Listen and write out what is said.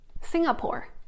singapore